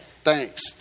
Thanks